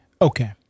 Okay